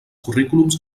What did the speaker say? currículums